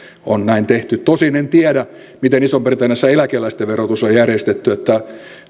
on näin tehty tosin en tiedä miten isossa britanniassa eläkeläisten verotus on järjestetty niin että